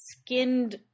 skinned